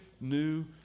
new